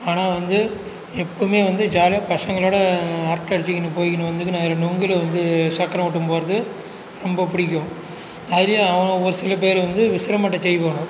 ஆனால் வந்து எப்பவுமே வந்து ஜாலியாக பசங்களோடு அரட்டை அடிச்சிகின்னு போயிக்கின்னு வந்துக்கின்னு அதில் நுங்கில் வந்து சக்கரம் விட்டு போகிறது ரொம்ப பிடிக்கும் அதிலயே ஒரு சில பேர் வந்து விசறி மட்டை செய்வான்வோ